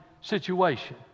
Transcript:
situation